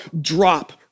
drop